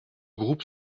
groupes